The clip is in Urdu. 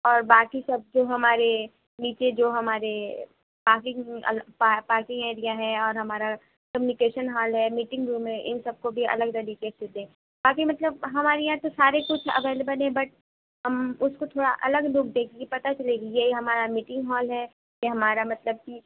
اور باقی سب جو ہمارے نیچے جو ہمارے پارکنگ پارکنگ ایریا ہے اور ہمارا کمیونیکیشن ہال ہے میٹنگ روم ہے ان سب کو بھی الگ طریقے سے دکھے باقی مطلب ہمارے یہاں تو سارے کچھ ایویلیبل ہے بٹ ہم اس کو تھوڑا الگ لک دیں تاکہ پتا چلے یہ ہمارا میٹنگ ہال ہے یہ ہمارا مطلب کہ